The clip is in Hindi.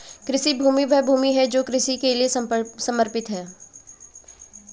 कृषि भूमि वह भूमि है जो कृषि के लिए समर्पित है